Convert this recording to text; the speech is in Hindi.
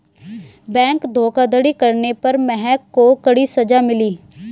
बैंक धोखाधड़ी करने पर महक को कड़ी सजा मिली